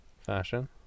fashion